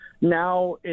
Now